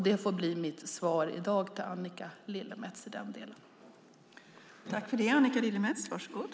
Det får bli mitt svar i dag till Annika Lillemets i den delen.